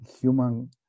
human